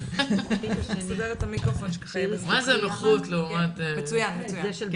הם המעטפת המקצועית של משרד החינוך.